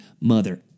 mother